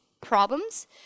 problems